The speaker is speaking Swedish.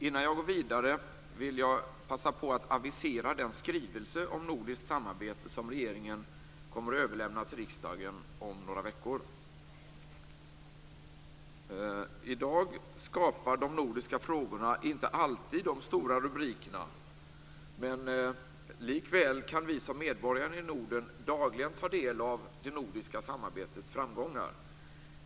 Innan jag går vidare vill jag passa på att avisera den skrivelse om nordiskt samarbete som regeringen kommer att överlämna till riksdagen om några veckor. I dag skapar de nordiska frågorna inte alltid de stora rubrikerna, men likväl kan vi som medborgare i Norden dagligen ta del av det nordiska samarbetets framgångar.